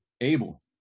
abel